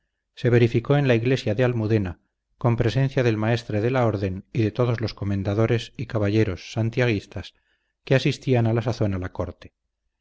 se verificó en la iglesia de almudena con presencia del maestre de la orden y de todos los comendadores y caballeros santiaguistas que asistían a la sazón a la corte